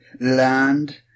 Land